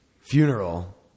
funeral